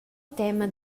tema